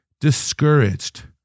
discouraged